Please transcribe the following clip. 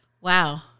Wow